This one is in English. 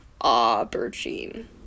aubergine